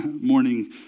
morning